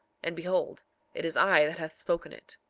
and behold it is i that hath spoken it.